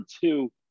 two